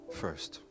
first